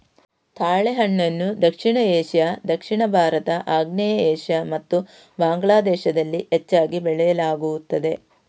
ತಾಳೆಹಣ್ಣನ್ನು ದಕ್ಷಿಣ ಏಷ್ಯಾ, ದಕ್ಷಿಣ ಭಾರತ, ಆಗ್ನೇಯ ಏಷ್ಯಾ ಮತ್ತು ಬಾಂಗ್ಲಾ ದೇಶದಲ್ಲಿ ಹೆಚ್ಚಾಗಿ ಬೆಳೆಯಲಾಗುತ್ತದೆ